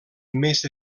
més